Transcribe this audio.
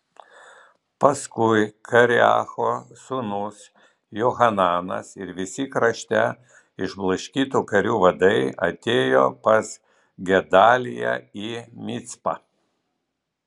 paskui kareacho sūnus johananas ir visi krašte išblaškytų karių vadai atėjo pas gedaliją į micpą